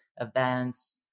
events